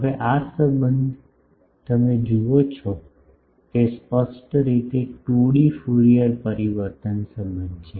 હવે આ સંબંધ તમે જુઓ છો તે સ્પષ્ટ રીતે 2D ફ્યુરિયર પરિવર્તન સંબંધ છે